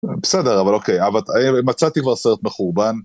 בסדר, אבל אוקיי. מצאתי כבר סרט מחורבן